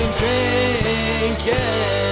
drinking